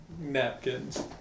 napkins